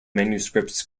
manuscripts